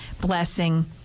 blessing